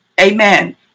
Amen